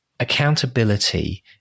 accountability